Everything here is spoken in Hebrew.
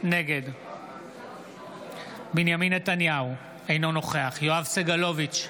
נגד בנימין נתניהו, אינו נוכח יואב סגלוביץ'